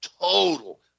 total